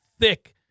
thick